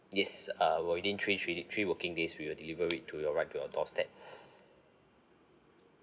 yes uh within three three working days we will deliver it to your right to your doorstep